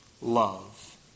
love